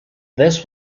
this